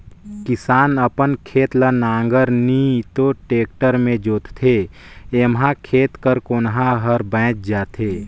किसान अपन खेत ल नांगर नी तो टेक्टर मे जोतथे एम्हा खेत कर कोनहा हर बाएच जाथे